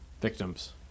victims